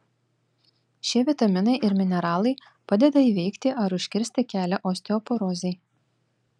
šie vitaminai ir mineralai padeda įveikti ar užkirsti kelią osteoporozei